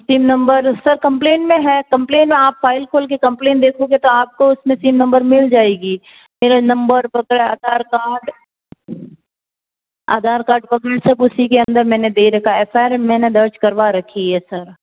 SIM number sir complaint में है complaint आप फाइल खोल के कंप्लेंट देखोगे तो आपको उसमें सिम नंबर मिल जाएगी मेरा नंबर वगैरह आधार कार्ड आधार कार्ड वगैरह सब उसी के अंदर मैंने दे रखा है एफ आई आर मैंने दर्ज करवा रखी है सर